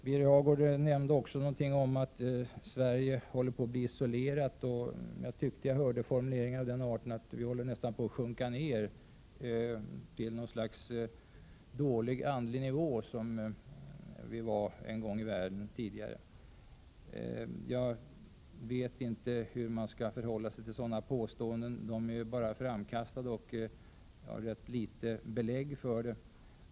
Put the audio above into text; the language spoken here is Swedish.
Birger Hagård nämnde också någonting om att Sverige håller på att 'bli isolerat. Jag tyckte mig höra formuleringar av den arten att vi nästan håller på att sjunka ner till en dålig andlig nivå som vi hade tidigare, någon gång i världen. Jag vet inte riktigt hur man skall förhålla sig till sådana påståenden — de är ju bara framkastade och har rätt litet belägg.